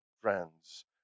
friends